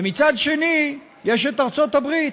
ומצד שני יש ארצות הברית,